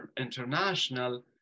international